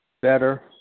better